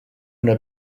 una